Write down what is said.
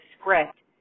script